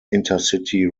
intercity